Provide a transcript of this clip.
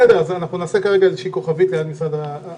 נעשה כרגע כוכבית ליד משרד התרבות והספורט.